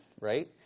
right